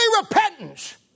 repentance